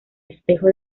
espejo